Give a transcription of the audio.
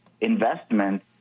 investment